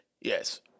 Yes